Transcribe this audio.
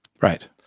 Right